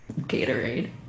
Gatorade